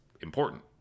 important